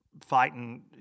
fighting